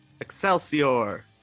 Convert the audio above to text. excelsior